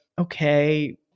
okay